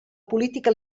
política